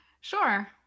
Sure